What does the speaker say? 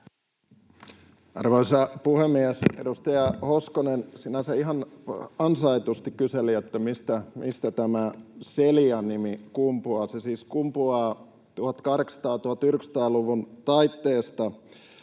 Arvoisa puhemies! Edustaja Hoskonen sinänsä ihan ansaitusti kyseli, mistä tämä Celia-nimi kumpuaa. Se siis kumpuaa 1800—1900-luvun taitteesta,